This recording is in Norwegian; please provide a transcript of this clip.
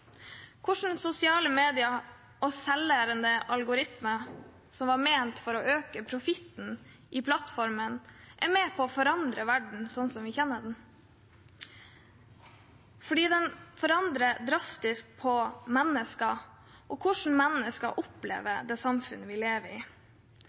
hvordan sosiale medier og selvlærende algoritmer som var ment for å øke profitten i plattformene, er med på forandre verden sånn som vi kjenner den, fordi de forandrer drastisk på mennesker og hvordan mennesker opplever